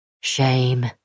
Shame